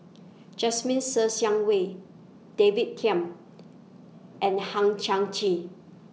Jasmine Ser Xiang Wei David Tham and Hang Chang Chieh